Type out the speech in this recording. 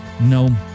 no